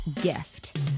gift